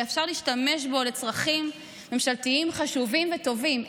אלא אפשר להשתמש בו לצרכים ממשלתיים חשובים וטובים.